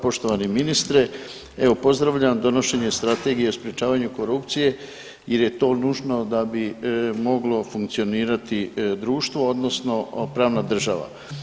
Poštovani ministre, evo pozdravljam donošenje Strategije o sprječavanju korupcije jer je to nužno da bi moglo funkcionirati društvo odnosno pravna država.